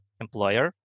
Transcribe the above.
employer